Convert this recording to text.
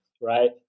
right